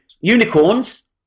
unicorns